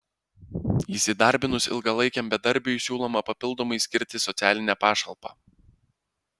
įsidarbinus ilgalaikiam bedarbiui siūloma papildomai skirti socialinę pašalpą